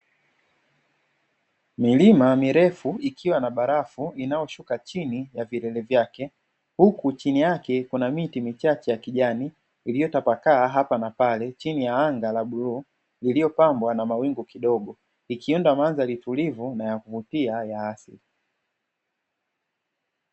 Milima mirefu ikiwa na barafu inayoshuka chini ya vilele vyake, huku chini yake kuna miti michache ya kijani iliyotapakaa hapa na pale chini ya anga la bluu, lililopambwa na mawingu kidogo ikienda mandhari tulivu na ya kuvutia ya asili.